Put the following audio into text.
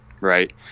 right